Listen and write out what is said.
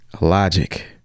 logic